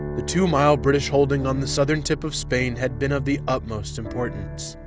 the two mile british holding on the southern tip of spain had been of the utmost importance.